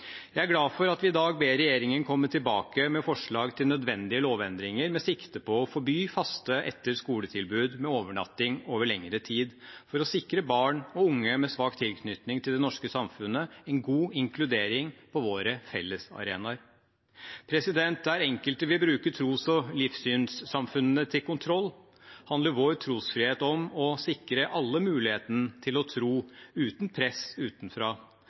Jeg er glad for at vi i dag ber regjeringen komme tilbake med forslag til nødvendige lovendringer, med sikte på å forby faste etter-skole-tilbud med overnatting over lengre tid for å sikre barn og unge med svak tilknytning til det norske samfunnet en god inkludering på våre fellesarenaer. Der enkelte vil bruke tros- og livssynssamfunnene til kontroll, handler vår trosfrihet om å sikre alle muligheten til å tro uten press utenfra.